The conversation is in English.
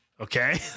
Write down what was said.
Okay